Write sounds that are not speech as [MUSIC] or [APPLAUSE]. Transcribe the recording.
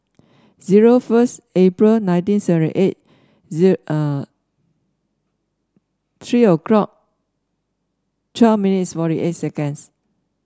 zero first April nineteen seventy eight [HESITATION] three o'clock twelve minutes forty eight seconds